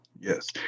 Yes